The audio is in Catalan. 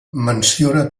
menciona